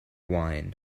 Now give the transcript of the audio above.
wine